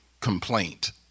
complaint